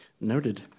noted